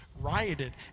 rioted